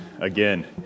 Again